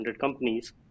companies